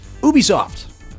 Ubisoft